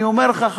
אני אומר לך,